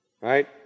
right